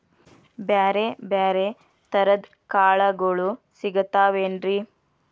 ಬ್ಯಾರೆ ಬ್ಯಾರೆ ತರದ್ ಕಾಳಗೊಳು ಸಿಗತಾವೇನ್ರಿ?